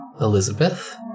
Elizabeth